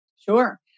Sure